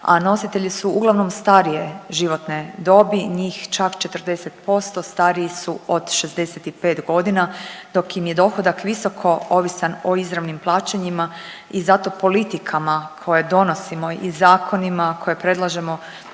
a nositelji su uglavnom starije životne dobi, njih čak 40% stariji su od 65 godina, dok im je dohodak visoko ovisan o izravnim plaćanjima i zato politikama koje donosimo i zakonima koje predlažemo